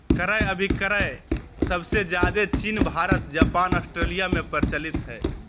क्रय अभिक्रय सबसे ज्यादे चीन भारत जापान ऑस्ट्रेलिया में प्रचलित हय